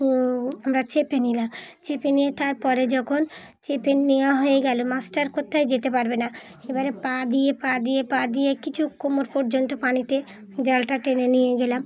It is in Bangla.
আমরা চেপে নিলাম চেপে নিয়ে তারপরে যখন চেপে নেওয়া হয়ে গেল মাছটা কোথাও যেতে পারবে না এবারে পা দিয়ে পা দিয়ে পা দিয়ে কিছু কোমর পর্যন্ত পানিতে জালটা টেনে নিয়ে গেলাম